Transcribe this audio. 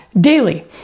daily